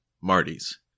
Marty's